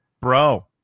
Bro